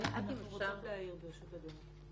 אנחנו רוצים להעיר, ברשות אדוני.